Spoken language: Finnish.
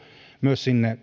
myös sinne